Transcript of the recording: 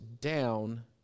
down